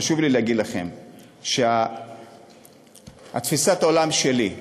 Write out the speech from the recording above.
חשוב לי להגיד לכם שתפיסת העולם שלי,